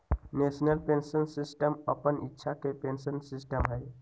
national pension system अप्पन इच्छा के पेंशन सिस्टम हइ